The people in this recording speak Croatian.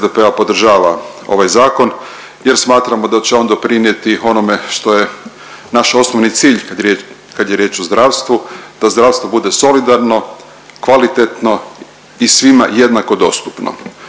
SDP-a podržavam ovaj zakon jer smatramo da će on doprinijeti onome što je naš osnovni cilj kad je riječ o zdravstvu, da zdravstvo bude solidarno, kvalitetno i svima jednako dostupno.